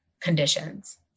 conditions